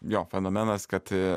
jo fenomenas kad